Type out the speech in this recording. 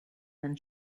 then